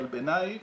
אבל בעיניי